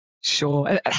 Sure